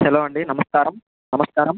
hello అండి నమస్కారం నమస్కారం